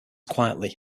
quietly